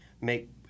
make